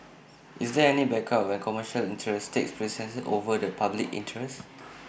is there any backup when commercial interests take precedence over the public interest